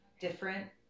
different